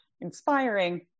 inspiring